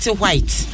White